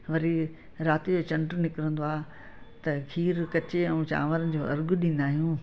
वरी राति जो चंड निकिरींदो आहे त खीर कचे ऐं चांवरनि जो अर्घ ॾींदा आहियूं